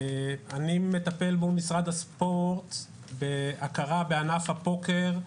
אני מטפל מול משרד הספורט בהכרה בענף הפוקר,